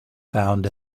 found